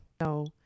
no